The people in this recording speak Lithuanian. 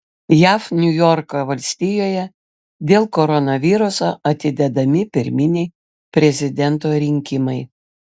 jav niujorko valstijoje dėl koronaviruso atidedami pirminiai prezidento rinkimai